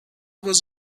was